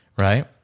right